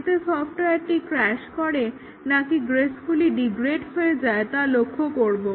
এতে সফটওয়্যারটি ক্রাশ করে নাকি গ্রেসফুলি ডিগ্রেড হয়ে যায় তা লক্ষ্য করবো